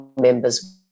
members